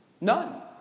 None